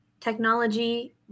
technology